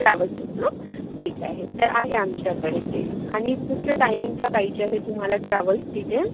ट्रॅवल्सचंच ना ठीक आहे तर आहे आमच्याकडे ते आणि कुठल्या टाइमिंगच्या पाहिजे आहेत तुम्हाला ट्रॅवल्स सीटं